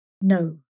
No